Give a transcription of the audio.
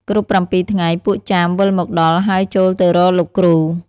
គ្រប់ ៧ ថ្ងៃ ពួកចាមវិលមកដល់ហើយចូលទៅរកលោកគ្រូ។